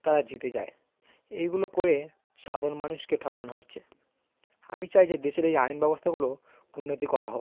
তারা জিতে যায় এইগুলো করে সাধারণ মানুষকে ঠকানো হচ্ছে আমি চাই যে দেশের এই আইন ব্যবস্থাগুলো উন্নতি করা হোক